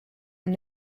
and